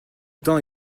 temps